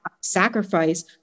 sacrifice